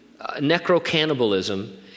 necro-cannibalism